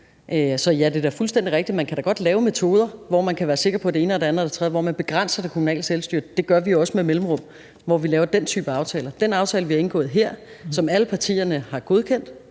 Så ja, det er da fuldstændig rigtigt, at man godt kan vælge en metode, så man er sikker på det ene og det andet og det tredje, og hvor man begrænser det kommunale selvstyre. Det gør vi også med mellemrum, når vi laver den type aftaler. I den aftale, vi har indgået her, og som alle partierne har godkendt